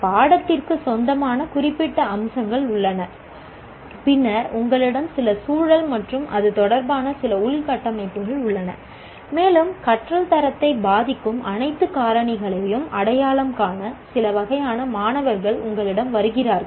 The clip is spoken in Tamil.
பாடத்திற்கு சொந்தமான குறிப்பிட்ட அம்சங்கள் உள்ளன பின்னர் உங்களிடம் சில சூழல் மற்றும் அது தொடர்பான சில உள்கட்டமைப்புகள் உள்ளன மேலும் கற்றல் தரத்தை பாதிக்கும் அனைத்து காரணிகளையும் அடையாளம் காண சில வகையான மாணவர்கள் உங்களிடம் வருகிறார்கள்